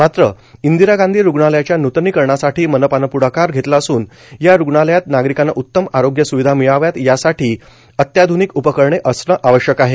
मात्र इंदिरा गांधी रुग्णालयाच्या नूतनीकरणासाठी मनपानं पृढाकार घेतला असून या रुग्णालयात नागरिकांना उत्तम आरोग्य सुविधा मिळाव्यात यासाठी अत्याधुनिक उपकरणे असणे आवश्यक आहे